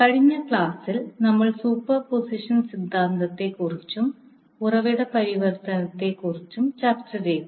കഴിഞ്ഞ ക്ലാസിൽ നമ്മൾ സൂപ്പർപോസിഷൻ സിദ്ധാന്തത്തെക്കുറിച്ചും ഉറവിട പരിവർത്തനത്തെക്കുറിച്ചും ചർച്ചചെയ്തു